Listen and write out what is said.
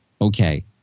okay